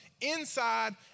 inside